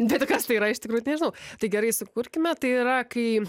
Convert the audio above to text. tai tai kas tai yra iš tikrųjų nežinau tai gerai sukurkime tai yra kai